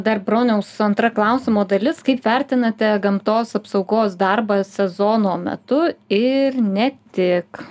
dar broniaus antra klausimo dalis kaip vertinate gamtos apsaugos darbą sezono metu ir ne tik